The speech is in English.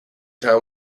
town